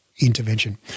intervention